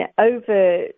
over